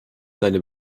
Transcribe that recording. seine